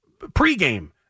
pregame